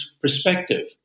perspective